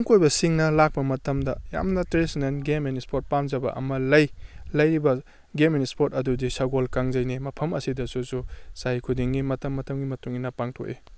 ꯂꯝ ꯀꯣꯏꯕꯁꯤꯡꯅ ꯂꯥꯛꯄ ꯃꯇꯝꯗ ꯌꯥꯝꯅ ꯇ꯭ꯔꯦꯗꯤꯁꯟꯅꯦꯜ ꯒꯦꯝ ꯑꯦꯟ ꯏꯁꯄꯣꯔꯠ ꯄꯥꯝꯖꯕ ꯑꯃ ꯂꯩ ꯂꯩꯔꯤꯕ ꯒꯦꯝ ꯑꯦꯟ ꯏꯁꯄꯣꯔꯠ ꯑꯗꯨꯗꯤ ꯁꯒꯣꯜ ꯀꯥꯡꯖꯩꯅꯤ ꯃꯐꯝ ꯑꯁꯤꯗꯁꯨ ꯁꯨ ꯆꯍꯤ ꯈꯨꯗꯤꯡꯒꯤ ꯃꯇꯝ ꯃꯇꯝꯒꯤ ꯃꯇꯨꯡ ꯏꯟꯅ ꯄꯥꯡꯊꯣꯛꯏ